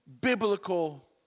biblical